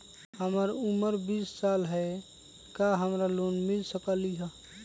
हमर उमर बीस साल हाय का हमरा लोन मिल सकली ह?